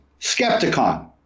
Skepticon